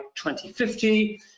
2050